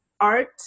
art